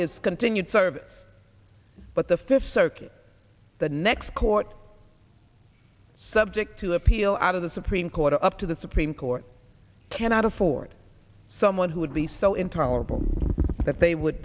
his continued service but the fifth circuit the next court subject to appeal out of the supreme court up to the supreme court cannot afford someone who would be so intolerable that they would